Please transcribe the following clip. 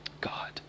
God